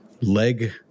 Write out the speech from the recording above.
leg